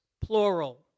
plural